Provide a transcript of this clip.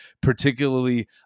particularly